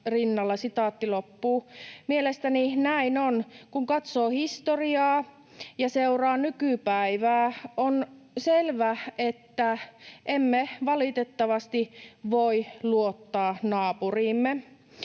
rinnalla.” Mielestäni näin on. Kun katsoo historiaa ja seuraa nykypäivää, on selvä, että emme valitettavasti voi luottaa naapuriimme.